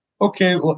okay